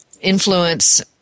influence